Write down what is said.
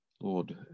Lord